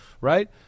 right